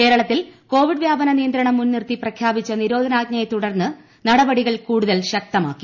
ന് കേരളത്തിൽ കോവീഡ് വ്യാപന നിയന്ത്രണം മുൻ നിർത്തി പ്രഖ്യാപിച്ച നിരോധനാജ്ഞയെ തുടർന്ന് നടപടികൾ കൂടുതൽ ശക്തമാക്കി